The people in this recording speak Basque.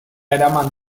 eraman